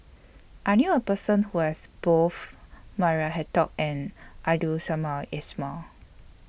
I knew A Person Who has Both Maria Hertogh and Abdul Samad Ismail